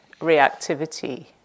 reactivity